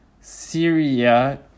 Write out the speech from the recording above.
Syria